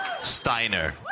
Steiner